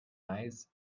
eyes